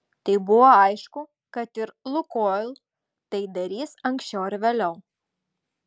tai buvo aišku kad ir lukoil tai darys anksčiau ar vėliau